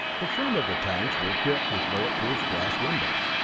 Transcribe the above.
the front of the tanks were equipped with bullet-proof glass windows,